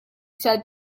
said